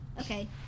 Okay